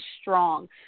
strong